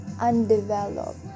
undeveloped